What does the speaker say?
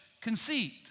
conceit